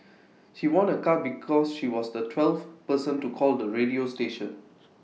she won A car because she was the twelfth person to call the radio station